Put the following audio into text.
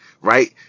right